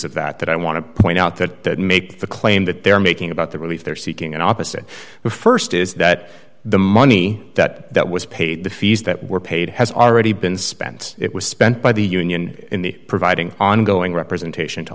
of that that i want to point out that make the claim that they're making about the relief they're seeking an opposite the st is that the money that that was paid the fees that were paid has already been spent it was spent by the union in the providing ongoing representation to